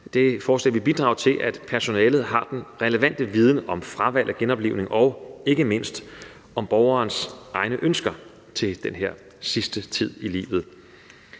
egne fagsystemer, bidrage til, at personalet har den relevante viden om fravalg af genoplivning og ikke mindst om borgerens egne ønsker til den sidste tid i livet.